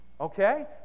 Okay